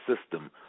system